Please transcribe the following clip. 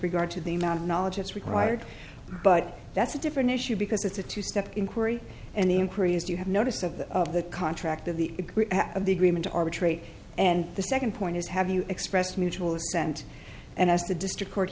regard to the amount of knowledge it's required but that's a different issue because it's a two step inquiry and the inquiry is to have notice of the of the contract of the of the agreement to arbitrate and the second point is have you express mutual assent and as the district court